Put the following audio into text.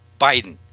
Biden